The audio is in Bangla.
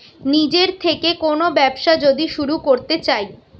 নিজের থেকে কোন ব্যবসা যদি শুরু করতে চাই